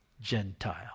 Gentile